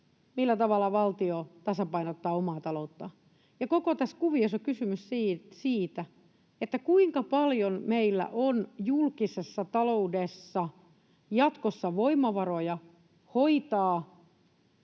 millä tavalla valtio tasapainottaa omaa talouttaan, ja koko tässä kuviossa on kysymys siitä, kuinka paljon meillä on julkisessa taloudessa jatkossa voimavaroja hoitaa